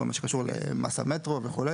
כל מה שקשור למס המטרו וכו',